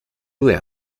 due